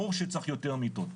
ברור שצריך יותר מיטות,